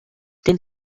den